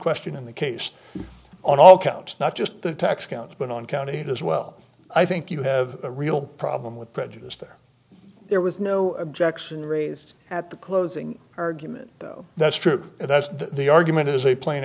question in the case on all accounts not just the tax counts but on count eight as well i think you have a real problem with prejudice there there was no objection raised at the closing argument though that's true and that's the argument is a plane